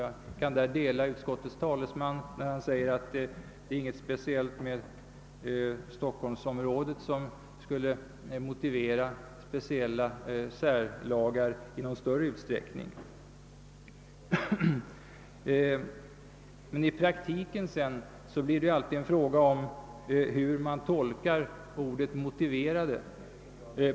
Jag kan därför också dela utskottets talesmans uppfattning, när han säger att det inte är något speciellt med stockholmsområdet som skulle motivera särlagar i någon större utsträckning. I praktiken blir det sedan alltid en fråga om hur man tolkar ordet motiverade.